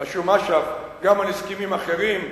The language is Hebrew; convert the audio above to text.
רשום אש"ף, גם על הסכמים אחרים.